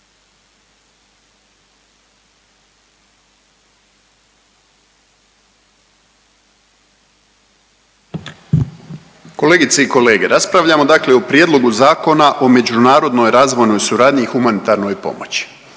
kolegice i kolege. Pred nama je u prvom čitanju Zakon o međunarodnoj razvojnoj suradnji i humanitarnoj pomoći